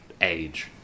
age